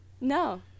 No